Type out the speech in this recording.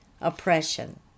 oppression